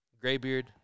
Graybeard